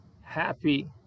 happy